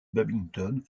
badminton